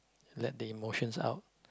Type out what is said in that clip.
let the emotions out